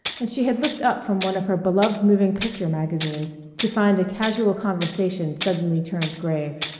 and she had looked up from one of her beloved moving picture magazines to find a casual conversation suddenly turned grave.